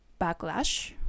backlash